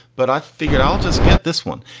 but i figured i'll just get this one.